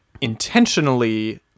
intentionally